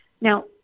Now